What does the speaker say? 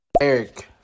Eric